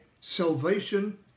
salvation